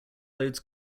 loads